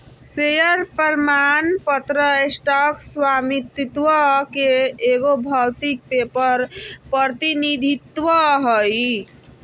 share प्रमाण पत्र stock स्वामित्व के एगो भौतिक पेपर प्रतिनिधित्व हइ